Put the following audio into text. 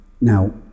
Now